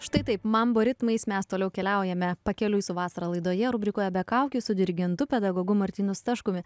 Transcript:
štai taip mambo ritmais mes toliau keliaujame pakeliui su vasara laidoje rubrikoje be kaukių su dirigentu pedagogu martynu staškumi